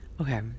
okay